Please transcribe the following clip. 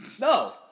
No